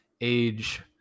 age